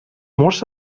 murs